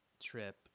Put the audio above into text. trip